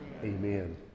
Amen